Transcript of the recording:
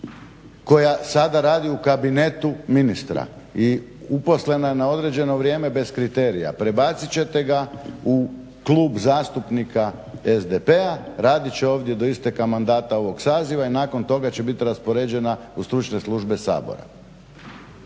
koja sada radi u kabinetu ministra i uposlena je na određeno vrijeme bez kriterija. Prebacit ćete ga u klub zastupnika SDP-a, radit će ovdje do isteka mandata ovoga saziva i nakon toga će biti raspoređena u stručne službe Sabora.